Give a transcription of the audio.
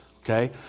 Okay